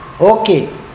Okay